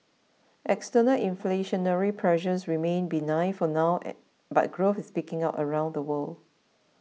external inflationary pressures remain benign for now but growth is picking up around the world